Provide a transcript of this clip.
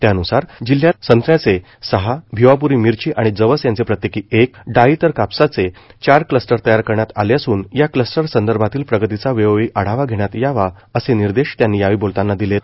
त्यानुसार जिल्ह्यात संत्र्यांचे सहा भिवापुरी मिर्ची आणि जवस यांचे प्रत्येकी एक डाळी तर कापसाचे चार क्लस्टर तयार करण्यात आले असून या क्लस्टर संदर्भातील प्रगतीचा वेळोवेळी आढावा घेण्यात यावा असे निर्देश त्यांनी यावेळी बोलतांना दिलेत